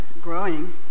growing